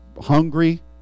hungry